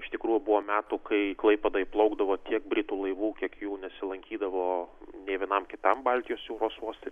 o iš tikrųjų buvo metų kai į klaipėdą įplaukdavo tiek britų laivų kiek jų nesilankydavo nė vienam kitam baltijos jūros uoste